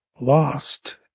lost